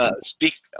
speak